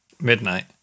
midnight